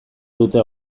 dute